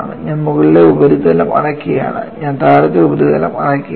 ഞാൻ മുകളിലെ ഉപരിതലം അടയ്ക്കുകയാണ് ഞാൻ താഴത്തെ ഉപരിതലം അടയ്ക്കുകയാണ്